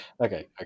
okay